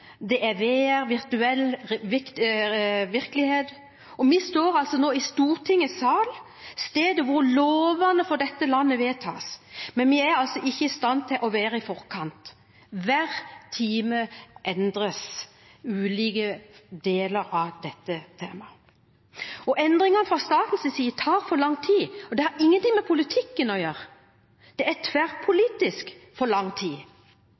det er VR, virtuell virkelighet, og vi står nå i Stortingets sal, stedet hvor lovene for dette landet vedtas, men vi er altså ikke i stand til å være i forkant. Hver time endres ulike deler av dette temaet. Endringer fra statens side tar for lang tid, og det har ingenting med politikken å gjøre – tverrpolitisk tar det for lang tid.